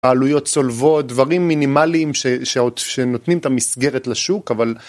העלויות צולבות דברים מינימליים שנותנים את המסגרת לשוק אבל